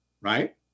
right